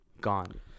gone